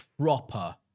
proper